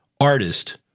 artist